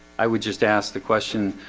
i would just ask the question,